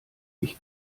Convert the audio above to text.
ich